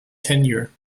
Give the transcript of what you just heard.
tenure